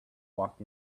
walked